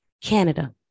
Canada